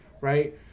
right